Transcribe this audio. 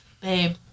babe